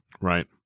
Right